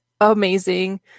amazing